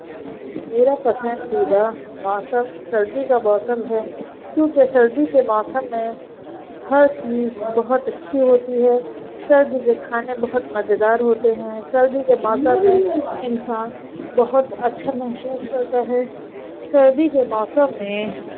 میرا پسندیدہ موسم سردی کا موسم ہے کیونکہ سردی کے موسم میں ہر چیز بہت اچھی ہوتی ہے سردی کے کھانے بہت مزیدار ہوتے ہیں سردی کے موسم میں انسان بہت اچھا محسوس کرتا ہے سردی کے موسم میں